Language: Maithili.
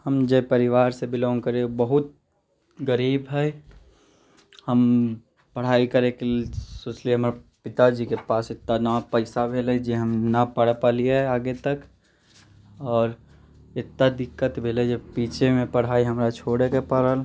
हम जे परिवार से बिलोङ्ग करैत बहुत गरीब हइ हम पढ़ाइ करैके लेल सोचलियै हमर पिताजीके पास इतना नहि पैसा भेलै जे हम नहि पढ़ पयलियै आगे तक आओर इतना दिक्कत भेलै जे बीचेमे पढ़ाइ हमरा छोड़ैके पड़ल